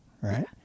right